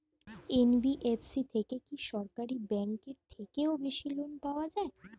NBFC থেকে কি সরকারি ব্যাংক এর থেকেও বেশি লোন পাওয়া যায়?